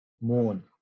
mourn